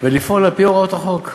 ולפעול על-פי הוראות החוק.